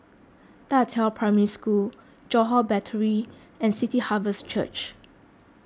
Da Qiao Primary School Johore Battery and City Harvest Church